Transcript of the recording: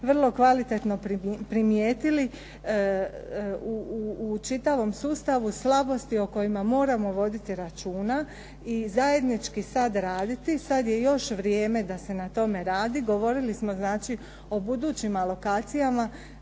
vrlo kvalitetno primijetili u čitavom sustavu slabosti o kojima moramo voditi računa i zajednički sad raditi. Sad je još vrijeme da se na tome radi. Govorili smo znači o budućim alokacijama.